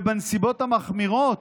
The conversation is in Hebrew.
בנסיבות המחמירות